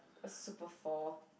a super four